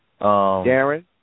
Darren